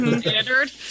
standard